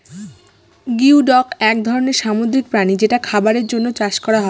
geoduck এক ধরনের সামুদ্রিক প্রাণী যেটা খাবারের জন্য চাষ করা হয়